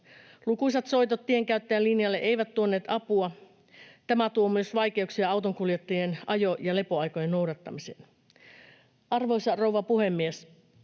Lukuisat soitot Tienkäyttäjän linjalle eivät tuoneet apua. Tämä tuo myös vaikeuksia autonkuljettajien ajo- ja lepoaikojen noudattamiseen. Arvoisa rouva puhemies!